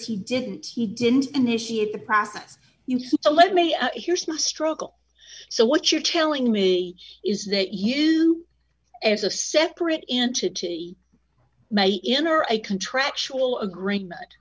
he didn't he didn't initiate the process to let me here's my struggle so what you're telling me is that you as a separate entity may enter a contractual agreement